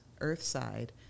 earthside